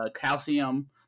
calcium